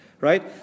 right